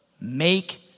make